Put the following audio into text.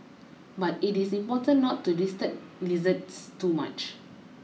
but it is important not to disturb lizards too much